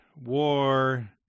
war